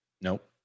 nope